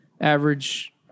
average